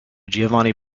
giovanni